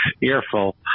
earful